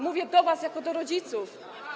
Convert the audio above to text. Mówię do was jako do rodziców.